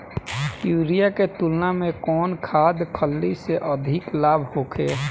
Urea के तुलना में कौन खाध खल्ली से अधिक लाभ होखे?